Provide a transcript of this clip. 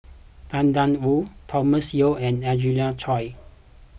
Tang Da Wu Thomas Yeo and Angelina Choy